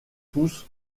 tous